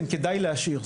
כן, כדאי להשאיר.